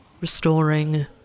restoring